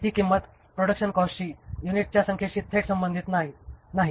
ती किंमत प्रोडक्शन कॉस्टशी युनिटच्या संख्येशी थेट संबंधित नाही